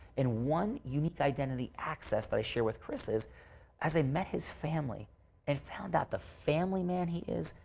and one unique identity access that i share with kris is as i met his family and found out the family man he is,